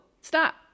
stop